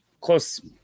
close